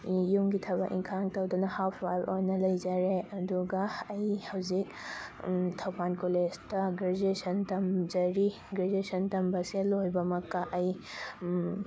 ꯌꯨꯝꯒꯤ ꯊꯕꯛ ꯏꯟꯈꯥꯡ ꯇꯧꯗꯨꯅ ꯍꯥꯎꯁ ꯋꯥꯏꯐ ꯑꯣꯏꯅ ꯂꯩꯖꯔꯦ ꯑꯗꯨꯒ ꯑꯩ ꯍꯧꯖꯤꯛ ꯊꯧꯕꯥꯟ ꯀꯣꯂꯦꯖꯇ ꯒ꯭ꯔꯦꯖꯨꯑꯦꯁꯟ ꯇꯝꯖꯔꯤ ꯒ꯭ꯔꯦꯖꯨꯑꯦꯁꯟ ꯇꯝꯕꯁꯦ ꯂꯣꯏꯕꯃꯛꯀ ꯑꯩ